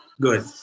Good